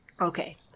Okay